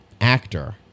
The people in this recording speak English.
actor